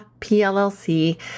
PLLC